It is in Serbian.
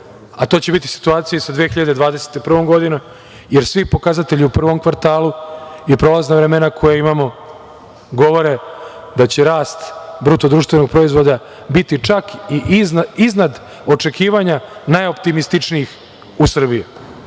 a to će biti situacija i sa 2021. godinom, jer svi pokazatelji u prvom kvartalu i prolazna vremena koja imamo govore da će rast BDP biti čak i iznad očekivanja najoptimističnijih u Srbiji. Jedan